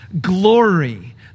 glory